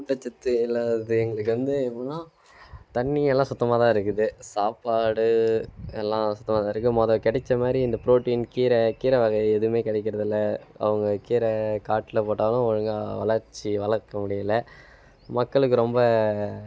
ஊட்டச்சத்து இல்லாதது எங்களுக்கு வந்து எப்படின்னா தண்ணியெல்லாம் சுத்தமா தான் இருக்குது சாப்பாடு எல்லாம் சுத்தமாக தான் இருக்கு மொத கிடச்ச மாதிரி இந்த புரோட்டீன் கீரை கீரை வகை எதுவுமே கிடைக்கிறது இல்லை அவங்க கீரை காட்டில் போட்டாலும் ஒழுங்காக வளர்ச்சி வளர்க்க முடியல மக்களுக்கு ரொம்ப